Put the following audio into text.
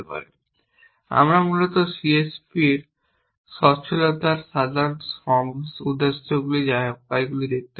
তবে আমরা মূলত C S P এর সচ্ছলতার সাধারণ উদ্দেশ্য উপায়গুলি দেখতে চাই